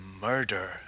murder